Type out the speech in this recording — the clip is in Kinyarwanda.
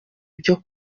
byo